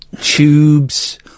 tubes